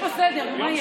חבר'ה, לא נגמור ככה.